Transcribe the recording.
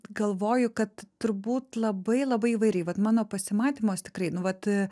galvoju kad turbūt labai labai įvairiai vat mano pasimatymuos tikrai nu vat